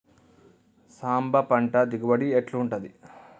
సాంబ పంట దిగుబడి ఎట్లుంటది?